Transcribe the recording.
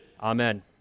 Amen